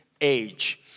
age